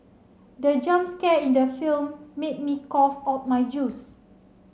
the jump scare in the film made me cough out my juice